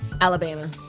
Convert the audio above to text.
Alabama